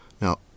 Now